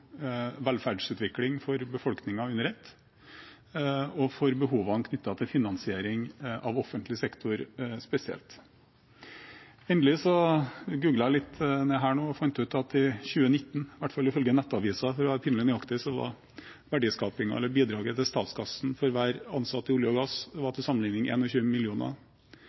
velferdsutvikling for befolkningen under ett, og for behovene knyttet til finansiering av offentlig sektor spesielt. Endelig: Jeg googlet litt nå og fant ut at i 2019, i hvert fall ifølge Nettavisen, for å være pinlig nøyaktig, var verdiskapingen eller bidraget til statskassen for hver ansatt i olje og gass til